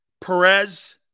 Perez